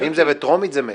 אם זה בטרומית זה מת.